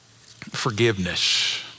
Forgiveness